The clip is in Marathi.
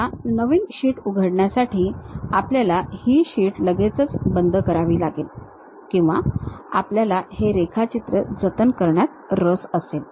आता नवीन शीट उघडण्यासाठी आपल्याला हे शीट लगेच बंद करावी लागेल किंवा आपल्याला हे रेखाचित्रे जतन करण्यात रस असेल